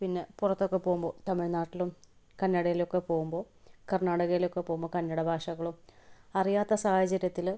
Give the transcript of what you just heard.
പിന്നെ പുറത്തൊക്കെ പോകുമ്പോൾ തമിഴ്നാട്ടിലും കന്നടയിലൊക്കെ പോകുമ്പോൾ കർണാടകയിലൊക്കെ പോകുമ്പോൾ കന്നഡ ഭാഷകൾ അറിയാത്ത സാഹചര്യത്തിൽ